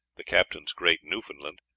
the captain's great newfoundland,